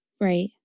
Right